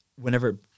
whenever